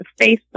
Facebook